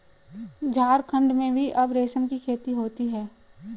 झारखण्ड में भी अब रेशम की खेती होती है